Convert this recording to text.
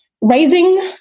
raising